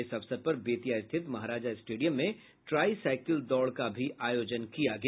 इस अवसर पर बेतिया स्थित महाराजा स्टेडियम में ट्राई साइकिल दौड़ का भी आयोजन किया गया